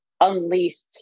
unleashed